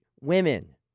women